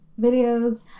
videos